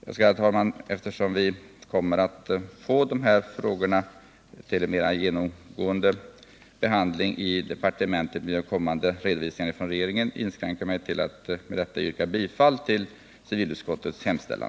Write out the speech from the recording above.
Jag skall, herr talman, eftersom vi sedermera från regeringen kommer att få en redovisning där dessa frågor ingående behandlas, inskränka mig till att med det anförda yrka bifall till civilutskottets hemställan.